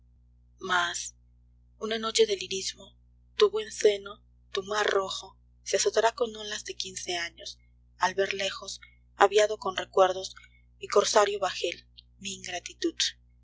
más una noche de lirismo tu buen señó tu mar rojo se azotará con olas de quince años al ver lejos aviado con recuerdos mi corsario bajel mi ingratitud